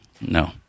no